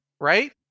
right